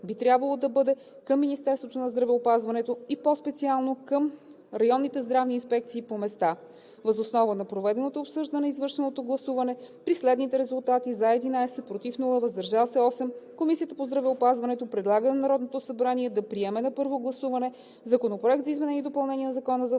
би трябвало да бъде към Министерството на здравеопазването и по-специално към районните здравни инспекции по места. Въз основа на проведеното обсъждане и извършеното гласуване при следните резултати: „за“ – 11, без „против“, „въздържал се“ – 8, Комисията по здравеопазването предлага на Народното събрание да приеме на първо гласуване Законопроект за изменение и допълнение на Закона за